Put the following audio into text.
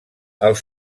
els